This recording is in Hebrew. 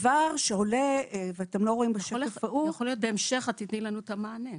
יכול להיות בהמשך את תתני לנו את המענה,